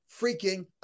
freaking